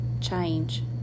change